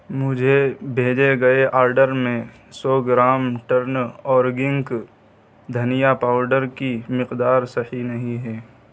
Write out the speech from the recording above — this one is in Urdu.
مجھے بھیجے گئے آرڈر میں سو گرام ٹرن آرگنک دھنیا پاؤڈر کی مقدار صحیح نہیں ہے